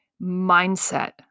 mindset